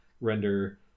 render